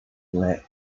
let